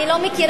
אני לא מכירה,